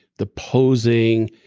the posing.